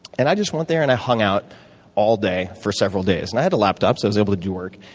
and i just went there and i hung out all day, for several days. and i had a laptop, so i was able to do work.